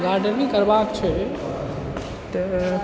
gardening करबाके छै तऽ